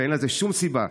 ואין לזה שום סיבה.